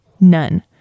None